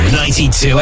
92